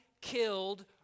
killed